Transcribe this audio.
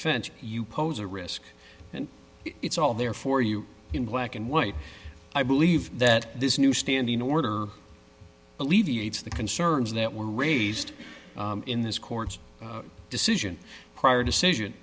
offense you pose a risk and it's all there for you in black and white i believe that this new standing order alleviates the concerns that were raised in this court's decision prior decision